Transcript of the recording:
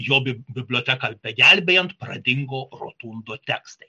jo bib biblioteką begelbėjant pradingo rotundo tekstai